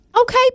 Okay